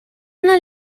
una